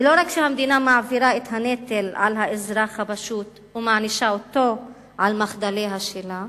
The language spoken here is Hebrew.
ולא רק שהמדינה מעבירה את הנטל לאזרח הפשוט ומענישה אותו על מחדליה שלה,